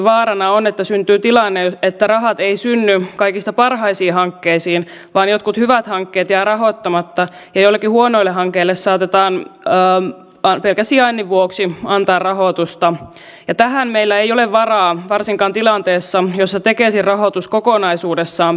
tässä on puhuttu myös sitä että kun on niukka aika niin tämä kannustaa siihen että meillä kehitettäisiin ja keksittäisiin uusia keinoja terveydenhuollon ja sosiaalitoimen toimintaan niin että ne olisivat tehokkaampia mutta myöskin maksaisivat vähemmän